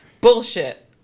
Bullshit